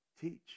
Teach